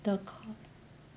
the course